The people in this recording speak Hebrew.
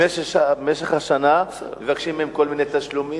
במשך השנה מבקשים מהם כל מיני תשלומים